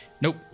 Nope